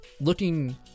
Looking